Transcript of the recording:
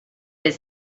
his